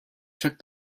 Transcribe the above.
took